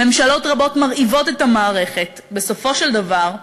ממשלות רבות מרעיבות את המערכת, ובסופו של דבר,